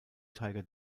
tiger